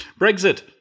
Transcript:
Brexit